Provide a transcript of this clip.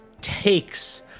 takes